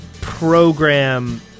program